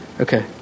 Okay